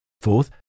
Fourth